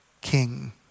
king